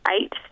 eight